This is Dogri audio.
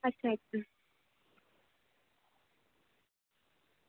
अच्छा अच्छा